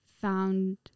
found